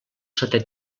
setè